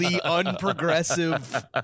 unprogressive